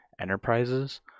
Enterprises